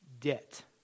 Debt